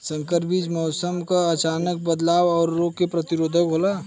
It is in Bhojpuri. संकर बीज मौसम क अचानक बदलाव और रोग के प्रतिरोधक होला